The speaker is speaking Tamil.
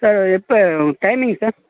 சார் எப்போ டைமிங்கு சார்